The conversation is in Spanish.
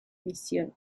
misiones